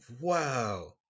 Wow